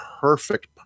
perfect